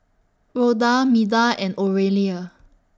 Rhoda Meda and Oralia